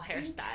hairstyle